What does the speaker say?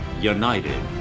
united